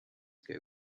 ago